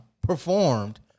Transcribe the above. performed